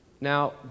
Now